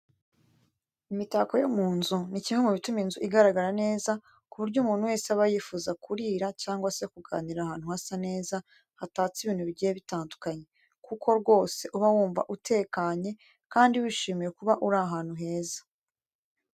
Imitako yo mu nzu ni kimwe mu bituma inzu igaragara neza ku buryo umuntu wese aba yifuza kurira cyangwa se kuganirira ahantu hasa neza hatatse ibintu bigiye biyandukanye, kuko rwose uba wumva utekanye kandi wishimiye kuba uri ahantu heza.